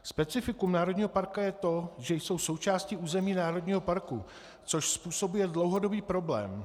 Specifikum národního parku je to, že jsou součástí území národního parku, což způsobuje dlouhodobý problém.